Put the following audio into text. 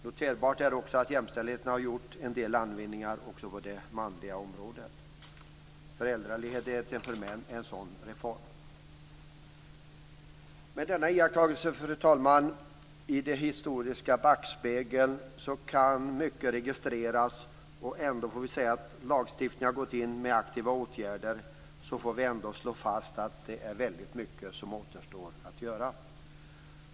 Noterbart är också att jämställdheten har gjort en del landvinningar även på det manliga området. Föräldraledigheten för män är en sådan reform. Med denna iakttagelse, fru talman, i den historiska backspegeln, där mycket kan registreras, måste vi ändå konstatera att även om lagstiftningen gått in med aktiva åtgärder är det väldigt mycket som återstår att göra.